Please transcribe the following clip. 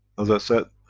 as i said,